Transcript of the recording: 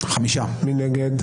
מי נגד?